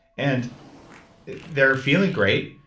and they're feeling great,